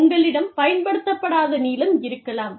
உங்களிடம் பயன்படுத்தப்படாத நீளம் இருக்கலாம்